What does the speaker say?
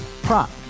Prop